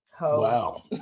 Wow